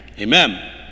Amen